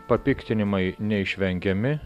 papiktinimai neišvengiami